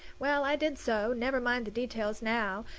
well, i did so never mind the details now,